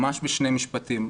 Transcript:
ממש בשני משפטים.